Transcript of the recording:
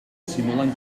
simulant